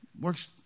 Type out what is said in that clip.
works